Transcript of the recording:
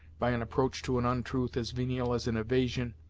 by an approach to an untruth as venial as an evasion,